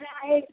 প্রায় এখানে